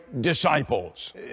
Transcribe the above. disciples